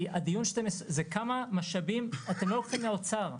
אתם לא הולכים לאוצר,